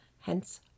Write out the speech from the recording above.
hence